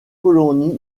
colonies